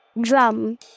drum